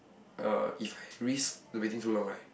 uh if I risk the waiting too long right